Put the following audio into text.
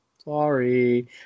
Sorry